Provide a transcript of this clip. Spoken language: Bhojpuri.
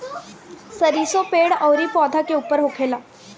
सरीसो पेड़ अउरी पौधा के ऊपर होखेला